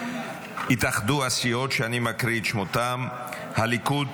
התאחדו הסיעות שאני מקריא את שמותיהן: הליכוד,